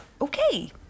Okay